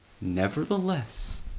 Nevertheless